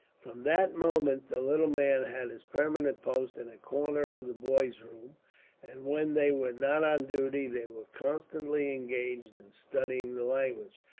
from that moment, the little man had his permanent post in a corner of the boys' room and, when they were not on duty, they were constantly engaged in studying the language,